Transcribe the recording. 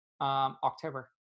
October